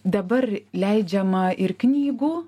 dabar leidžiama ir knygų